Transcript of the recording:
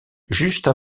juste